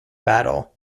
battle